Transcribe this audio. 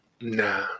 Nah